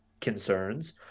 concerns